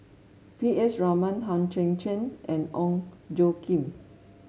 P S Raman Hang Chang Chieh and Ong Tjoe Kim